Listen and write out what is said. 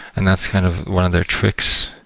and that's kind of one of their tricks.